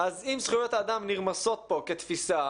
אז אם זכויות האדם נרמסות פה כתפיסה,